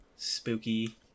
spooky